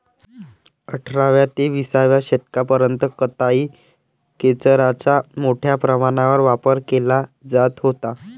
अठराव्या ते विसाव्या शतकापर्यंत कताई खेचराचा मोठ्या प्रमाणावर वापर केला जात होता